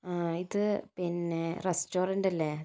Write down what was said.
ഇത് പിന്നെ റസ്റ്റോറൻറ്റ് അല്ലേ